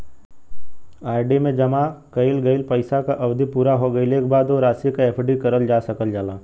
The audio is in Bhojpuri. आर.डी में जमा कइल गइल पइसा क अवधि पूरा हो गइले क बाद वो राशि क एफ.डी करल जा सकल जाला